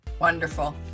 Wonderful